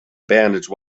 bandage